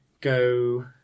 go